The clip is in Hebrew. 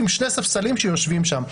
עם שני ספסלים שיושבים שם,